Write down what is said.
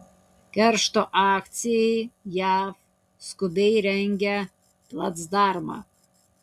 keršto akcijai jav skubiai rengia placdarmą